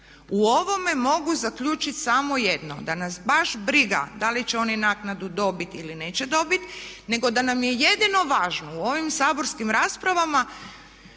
u ovome mogu zaključiti samo jedno, da nas baš briga da li će oni naknadu dobiti ili neće dobiti nego da nam je jedino važno u ovim saborskim rasprava